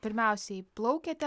pirmiausiai plaukiate